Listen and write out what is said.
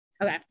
Okay